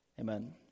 amen